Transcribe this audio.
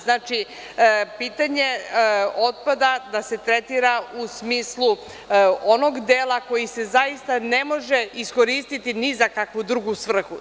Znači, pitanje otpada da se tretira u smislu onog dela koji se zaista ne može iskoristiti ni za kakvu drugu svrhu.